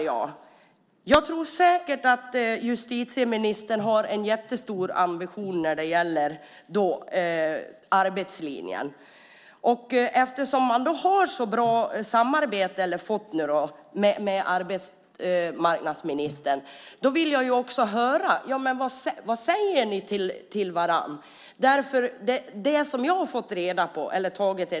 Jag tror säkert att justitieministern har en jättestor ambition när det gäller arbetslinjen. Eftersom ni nu har fått ett så bra samarbete med arbetsmarknadsministern, vill jag höra vad ni säger till varandra.